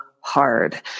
hard